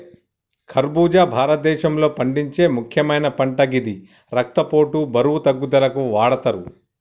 ఖర్బుజా భారతదేశంలో పండించే ముక్యమైన పంట గిది రక్తపోటు, బరువు తగ్గుదలకు వాడతరు